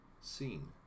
seen